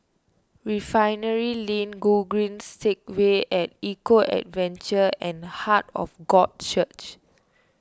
Refinery Lane Gogreen Segway at Eco Adventure and Heart of God Church